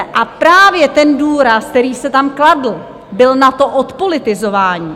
A právě ten důraz, který se tam kladl, byl na to odpolitizování.